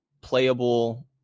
playable